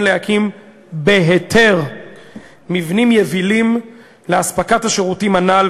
להקים בהיתר מבנים יבילים לאספקת השירותים הנ"ל,